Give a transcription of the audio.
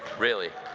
really!